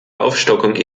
aufstockung